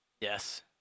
Yes